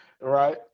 right